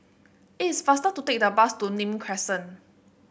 it is faster to take the bus to Nim Crescent